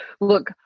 look